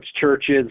churches